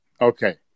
Okay